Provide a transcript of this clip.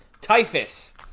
Typhus